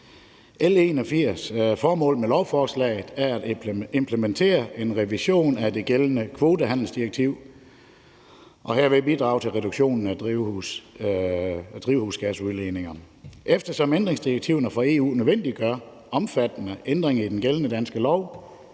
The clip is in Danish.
op. Formålet med lovforslaget, L 81, er at implementere en revision af det gældende kvotehandelsdirektiv og herved bidrage til reduktionen af drivhusgasudledninger. Eftersom ændringsdirektiverne fra EU nødvendiggør omfattende ændringer i den gældende danske lov